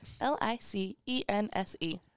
L-I-C-E-N-S-E